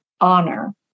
honor